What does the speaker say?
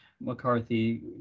McCarthy